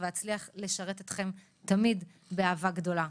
ואצליח לשרת אתכם תמיד באהבה גדולה.